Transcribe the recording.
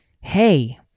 hey